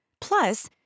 Plus